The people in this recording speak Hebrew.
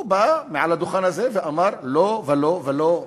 הוא בא אל הדוכן הזה ואמר: לא ולא ולא,